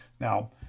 Now